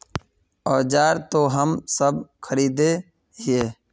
औजार तो हम सब खरीदे हीये?